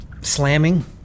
slamming